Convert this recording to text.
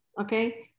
okay